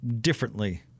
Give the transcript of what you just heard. differently